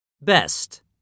best